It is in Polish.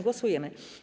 Głosujemy.